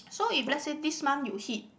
so if lets say this month you hit